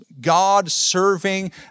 God-serving